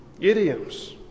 idioms